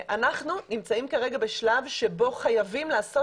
אנחנו נמצאים כרגע בשלב שבו חייבים לעשות